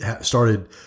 started